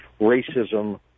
racism